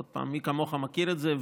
עוד פעם, מי כמוך מכיר את זה,